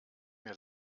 mir